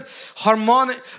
harmonic